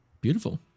beautiful